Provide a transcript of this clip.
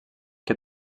que